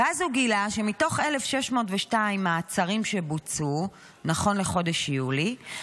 וגילה שמתוך 1,602 מעצרים שבוצעו נכון לחודש יולי,